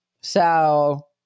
So-